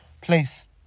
place